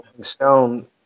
Stone